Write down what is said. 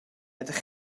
ydych